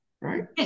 right